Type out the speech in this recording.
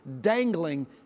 dangling